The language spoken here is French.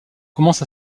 commence